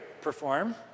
perform